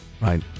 Right